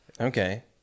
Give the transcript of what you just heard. Okay